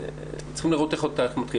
צריכים לראות איך התהליך מתחיל.